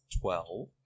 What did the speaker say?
Twelve